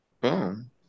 Boom